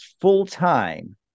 full-time